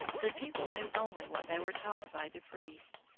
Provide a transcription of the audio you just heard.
the people knew only what they were taught by the priests.